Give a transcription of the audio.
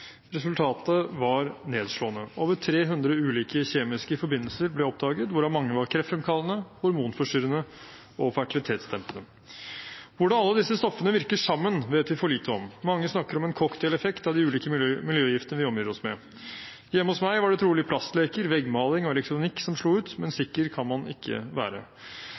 Resultatet var nedslående. Over 300 ulike kjemiske forbindelser ble oppdaget, hvorav mange var kreftfremkallende, hormonforstyrrende og fertilitetsdempende. Hvordan alle disse stoffene virker sammen, vet vi for lite om. Mange snakker om en cocktaileffekt av de ulike miljøgiftene vi omgir oss med. Hjemme hos meg var det trolig plastleker, veggmaling og elektronikk som slo ut, men sikker kan man ikke være.